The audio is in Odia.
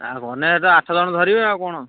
ଆଉ ଗଲେ ତ ଆଠ ଜଣ ଧରିବେ ଆଉ କ'ଣ